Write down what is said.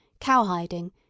cowhiding